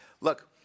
Look